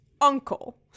uncle